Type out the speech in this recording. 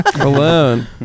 Alone